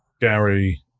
Gary